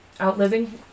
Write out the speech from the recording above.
outliving